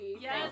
Yes